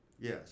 Yes